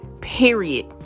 period